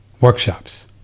workshops